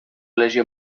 lesió